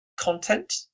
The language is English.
content